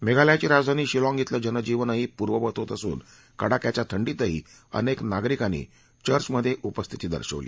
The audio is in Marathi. मेघालयाची राजधानी शिलाँग शिलं जनजीवनही पूर्ववत होत असून कडाक्याच्या थंडीतही अनेक नागरिकांनी चर्चेमधे उपस्थिती दर्शवली